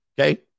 Okay